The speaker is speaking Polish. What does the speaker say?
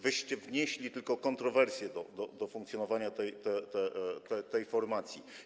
Wyście wnieśli tylko kontrowersje do funkcjonowania tej formacji.